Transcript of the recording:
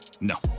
No